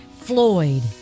Floyd